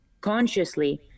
consciously